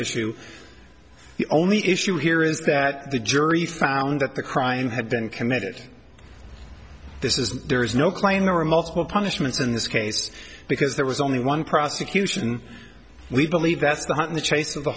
issue the only issue here is that the jury found that the crime had been committed this is there is no claim there are multiple punishments in this case because there was only one prosecution we believe that's the one in the chase